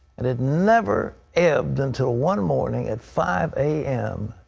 and it never ebbed until one morning at five a m,